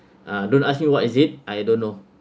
uh don't ask me what is it I don't know